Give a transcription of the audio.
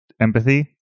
empathy